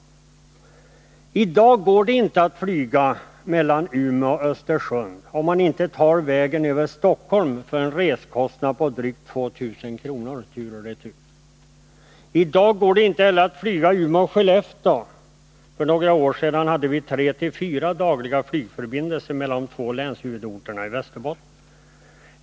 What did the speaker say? I dag går det inte att flyga mellan Umeå och Östersund, om man inte tar vägen över Stockholm för en reskostnad på drygt 2 000 kr. tur och retur. I dag går det inte heller att flyga Umeå-Skellefteå. För några år sedan hade vi tre fyra dagliga flygförbindelser mellan de två länshuvudorterna i Västerbotten.